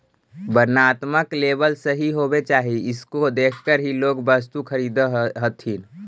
वर्णात्मक लेबल सही होवे चाहि इसको देखकर ही लोग वस्तु खरीदअ हथीन